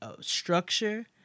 structure